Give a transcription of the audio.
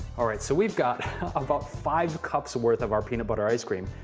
all right, so we've got about five cups worth of our peanut butter ice cream,